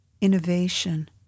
innovation